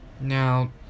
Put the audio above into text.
Now